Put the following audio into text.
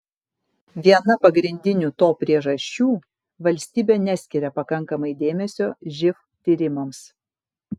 viena pagrindinių to priežasčių valstybė neskiria pakankamai dėmesio živ tyrimams